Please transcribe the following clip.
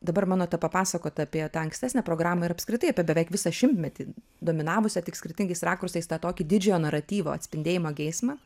dabar mano ta papasakota apie tą ankstesnę programą ir apskritai apie beveik visą šimtmetį dominavusią tik skirtingais rakursais tą tokį didžiojo naratyvo atspindėjimo geismą